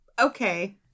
Okay